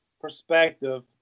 perspective